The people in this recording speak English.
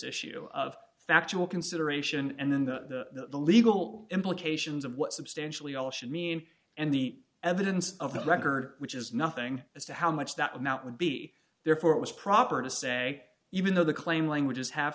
issue of factual consideration and then the legal implications of what substantially all should mean and the evidence of the record which is nothing as to how much that amount would be therefore it was proper to say even though the claim languages have